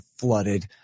flooded